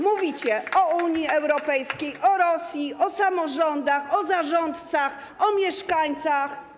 Mówicie o Unii Europejskiej, o Rosji, o samorządach, o zarządcach, o mieszkańcach.